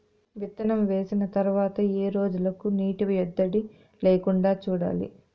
విత్తనం వేసిన తర్వాత ఏ రోజులకు నీటి ఎద్దడి లేకుండా చూడాలి?